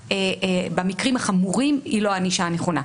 במקרים החמורים היא לא הענישה הנכונה.